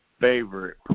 favorite